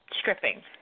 stripping